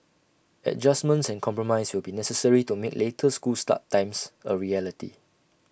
adjustments and compromise will be necessary to make later school start times A reality